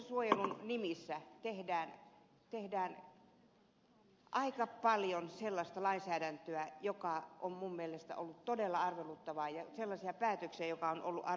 lastensuojelun nimissä tehdään aika paljon sellaista lainsäädäntöä joka on minun mielestäni ollut todella arveluttavaa ja sellaisia päätöksiä jotka ovat olleet arveluttavia